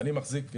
אני מחזיק,